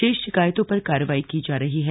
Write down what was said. शेष शिकायतों पर कार्रवाई की जा रही है